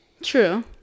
True